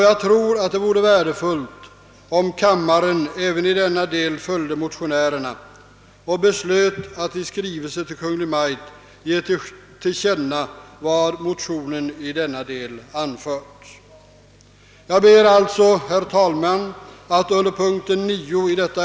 Jag tror att det vore värdefullt, om kammaren även i denna del följde motionärerna och beslöt att i skrivelse till Kungl. Maj:t ge till känna vad i motionerna anförts i denna del.